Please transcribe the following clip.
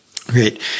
Great